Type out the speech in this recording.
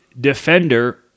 defender